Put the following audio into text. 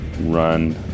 run